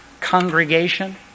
congregation